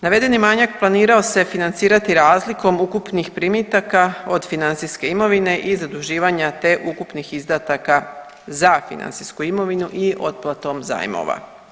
Navedeni manjak planirao se financirati razlikom ukupnih primitaka od financijske imovine i zaduživanja te ukupnih izdataka za financijsku imovinu i otplatom zajmova.